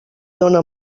dóna